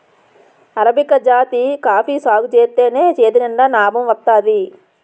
arabica జాతి coffee సాగుజేత్తేనే చేతినిండా నాబం వత్తాది